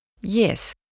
Yes